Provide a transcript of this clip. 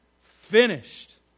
finished